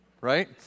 right